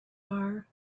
are